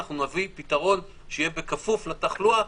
נביא פתרון שיהיה בכפוף לתחלואה,